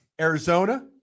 Arizona